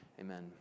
amen